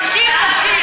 הוא משתמש,